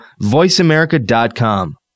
VoiceAmerica.com